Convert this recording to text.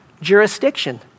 jurisdiction